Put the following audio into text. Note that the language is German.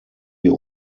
wir